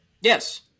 Yes